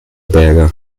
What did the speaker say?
berger